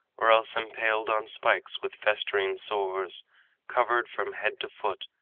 or else, impaled on spikes, with festering sores covered from head to foot,